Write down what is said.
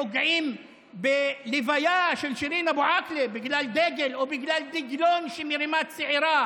פוגעים בלוויה של שירין אבו עאקלה בגלל דגל או בגלל דגלון שמרימה צעירה.